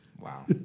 Wow